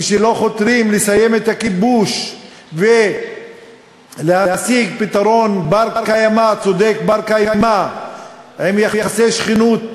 כשלא חותרים לסיים את הכיבוש ולהשיג פתרון צודק בר-קיימא עם יחסי שכנות,